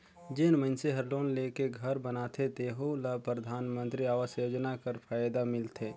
जेन मइनसे हर लोन लेके घर बनाथे तेहु ल परधानमंतरी आवास योजना कर फएदा मिलथे